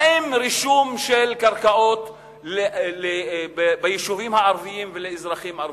האם רישום של קרקעות ביישובים הערביים ולאזרחים ערבים,